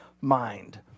mind